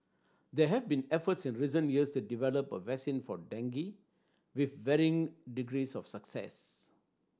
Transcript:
there have been efforts in recent years to develop a vaccine for dengue with varying degrees of success